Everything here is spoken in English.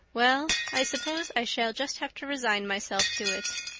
well, i suppose i shall just have to resign myself to it.